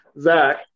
Zach